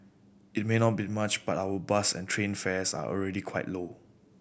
it may not be much but our bus and train fares are already quite low